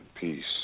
peace